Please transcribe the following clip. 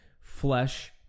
flesh